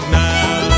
now